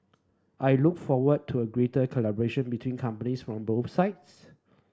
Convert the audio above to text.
I look forward to greater collaboration between companies from both sides